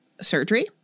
surgery